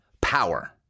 power